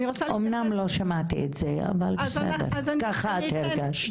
אמנם לא שמעתי את זה אבל בסדר, ככה את הרגשת.